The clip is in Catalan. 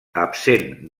absent